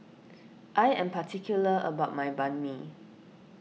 I am particular about my Banh Mi